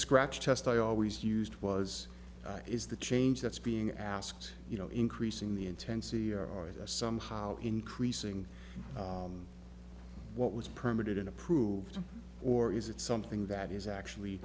scratch test i always used was is the change that's being asked you know increasing the intensity or somehow increasing what was permitted and approved or is it something that is actually